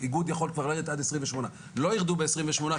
לא ירדו בעשרים ושמונה,